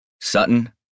Sutton